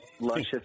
luscious